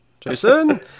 Jason